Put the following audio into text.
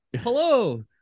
Hello